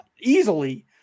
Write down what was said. easily